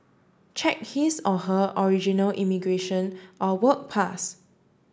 check his or her original immigration or work pass